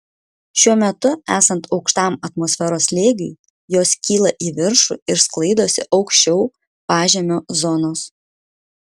šiuo metu esant aukštam atmosferos slėgiui jos kyla į viršų ir sklaidosi aukščiau pažemio zonos